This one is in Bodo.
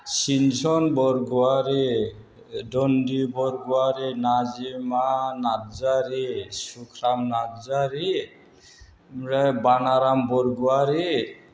सिमसन ब'रगयावारि दन्दि ब'रगयावारि नाजिमा नारजारि सुक्रान नारजारि ओमफ्राय बानाराम ब'रगयावारि